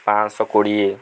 ପାଞ୍ଚଶହ କୋଡ଼ିଏ